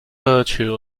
virtue